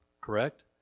correct